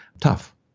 tough